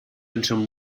until